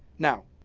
now,